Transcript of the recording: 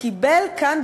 קיבל כאן,